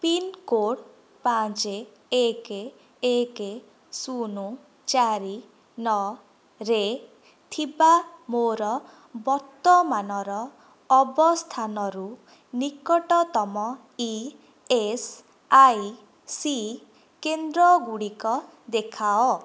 pincode ପାଞ୍ଚ ଏକ ଏକ ଶୂନ ଚାରି ନଅରେ ଥିବା ମୋ'ର ବର୍ତ୍ତମାନର ଅବସ୍ଥାନରୁ ନିକଟତମ ଇଏସ୍ଆଇସି କେନ୍ଦ୍ରଗୁଡ଼ିକ ଦେଖାଅ